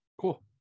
Cool